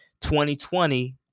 2020